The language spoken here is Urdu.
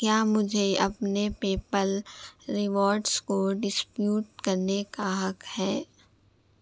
کیا مجھے اپنے پے پل ریوارڈس کو ڈسپیوٹ کرنے کا حق ہے